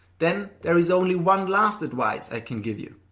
then there is only one last advice i can give you.